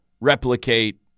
Replicate